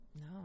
No